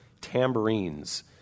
tambourines